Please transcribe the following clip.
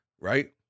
right